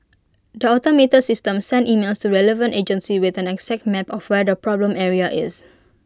the automated system sends emails relevant agencies with an exact map of where the problem area is